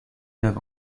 neuf